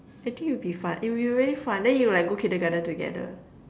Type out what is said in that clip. I think it'll be fun it'll be really fun then you'll like go Kindergarten together